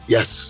Yes